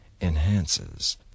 enhances